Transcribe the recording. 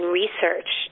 research